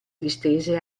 distese